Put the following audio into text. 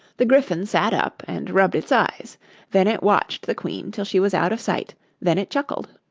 the gryphon sat up and rubbed its eyes then it watched the queen till she was out of sight then it chuckled.